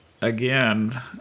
again